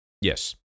Yes